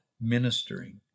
ministering